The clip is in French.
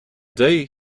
dis